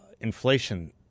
inflation